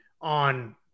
on